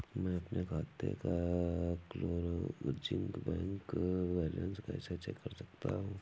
मैं अपने खाते का क्लोजिंग बैंक बैलेंस कैसे चेक कर सकता हूँ?